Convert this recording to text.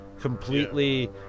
completely